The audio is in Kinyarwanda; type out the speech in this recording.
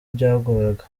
byagoraga